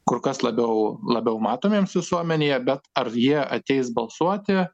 kur kas labiau labiau matomiems visuomenėje bet ar jie ateis balsuoti